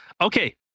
Okay